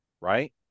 right